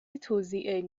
توزیع